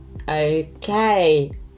okay